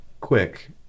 quick